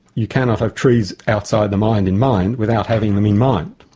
you cannot have trees outside the mind in mind without having them in mind,